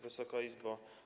Wysoka Izbo!